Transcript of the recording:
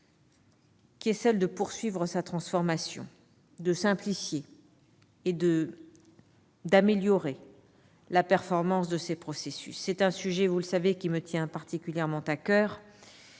ministère est de poursuivre sa transformation, de simplifier et d'améliorer la performance de ses processus. Vous le savez, c'est un sujet qui me tient particulièrement à coeur.